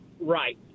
right